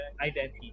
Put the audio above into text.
identity